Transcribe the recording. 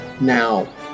now